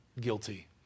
guilty